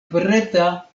preta